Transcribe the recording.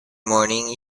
morning